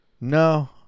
No